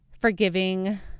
forgiving